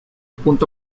punto